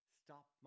stop